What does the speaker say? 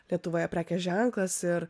lietuvoje prekės ženklas ir